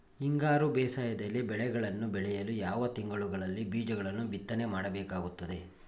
ಹಿಂಗಾರು ಬೇಸಾಯದಲ್ಲಿ ಬೆಳೆಗಳನ್ನು ಬೆಳೆಯಲು ಯಾವ ತಿಂಗಳುಗಳಲ್ಲಿ ಬೀಜಗಳನ್ನು ಬಿತ್ತನೆ ಮಾಡಬೇಕಾಗುತ್ತದೆ?